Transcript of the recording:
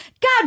God